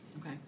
Okay